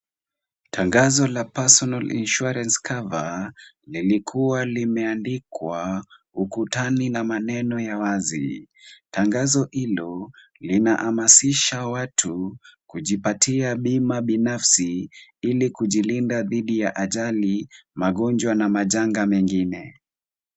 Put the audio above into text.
Tangazo la personal insurance cover lilikuwa limeandikwa ukutani na maneno ya wazi. Tangazo hilo linahamasisha watu, kujipatia bima binafsi, ili kujilinda dhidi ya ajali, magonjwa na majanga mengine.